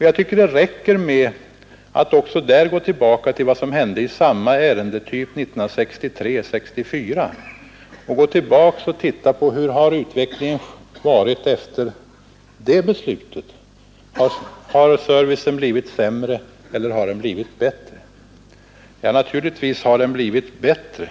Jag tycker att det räcker med att också därvidlag gå tillbaka till vad som hände i samma ärendetyp 1963, gå tillbaka och se efter hur utvecklingen har varit efter det beslutet: Har servicen blivit sämre eller har servicen blivit bättre? Naturligtvis har den blivit bättre.